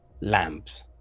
lamps